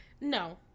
No